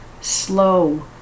slow